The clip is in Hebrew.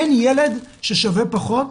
אין ילד ששווה פחות,